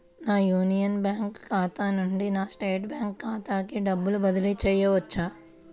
నా union bank ఖాతా నుండి నా స్టేట్ బ్యాంకు ఖాతాకి డబ్బు బదిలి చేయవచ్చా?